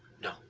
No